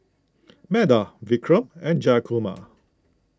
Medha Vikram and Jayakumar